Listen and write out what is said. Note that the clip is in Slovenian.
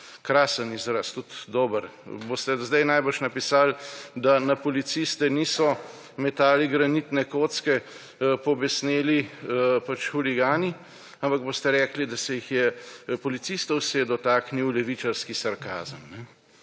Krasen izraz, tudi dober. Boste zdaj najbrž napisali, da na policiste niso metali granitnih kock pobesneli pač huligani, ampak boste rekli, da se je policistov dotaknil levičarski sarkazem.